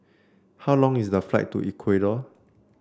how long is the flight to Ecuador